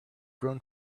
grown